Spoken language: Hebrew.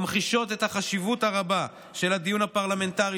ממחישים את החשיבות הרבה של הדיון הפרלמנטרי